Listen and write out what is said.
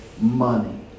money